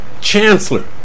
Chancellor